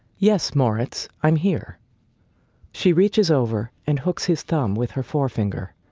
yes, moritz, i'm here she reaches over and hooks his thumb with her forefinger.